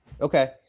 okay